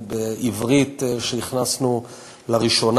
בעברית שהכנסנו לראשונה,